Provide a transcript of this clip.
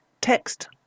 text